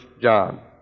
John